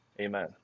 Amen